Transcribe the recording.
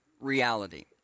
reality